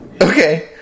Okay